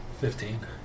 fifteen